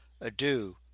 adieu